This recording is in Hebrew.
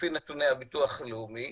לפי נתוני הביטוח הלאומי,